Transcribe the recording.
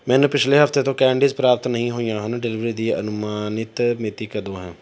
ਮੈਨੂੰ ਪਿਛਲੇ ਹਫ਼ਤੇ ਤੋਂ ਕੈਂਡੀਜ਼ ਪ੍ਰਾਪਤ ਨਹੀਂ ਹੋਈਆਂ ਹਨ ਡਿਲੀਵਰੀ ਦੀ ਅਨੁਮਾਨਿਤ ਮਿਤੀ ਕਦੋਂ ਹੈ